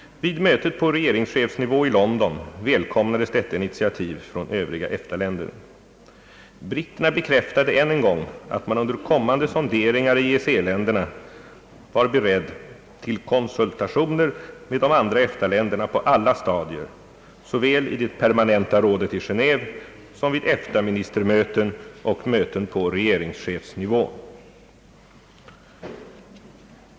Vid mötet på regeringschefsnivå i London välkomnades detta initiativ från övriga EFTA-länder. Britterna bekräftade än en gång att man under kommande sonderingar i EEC-länderna var beredd till konsultationer med de andra EFTA länderna på alla stadier, såväl i det permanenta rådet i Genéve som vid EFTA-ministermöten och möten på regeringschefsnivå.